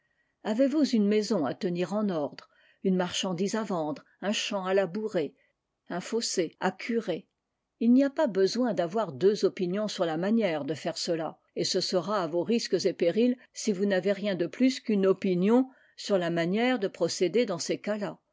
avezvous une maison à tenir en ordre une marchandise à vendre un champ à labourer un fossé à curer il n'y a pas besoin d'avoir deux opinions sur la manière de faire cela et ce sera à vos risques et périls si vous n'avez rien de plus qu'une opinion sur la manière de procéder dans ces cas-là